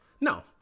No